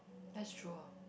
that's true ah